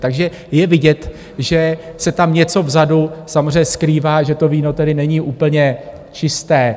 Takže je vidět, že se tam něco vzadu samozřejmě skrývá, že to víno tedy není úplně čisté.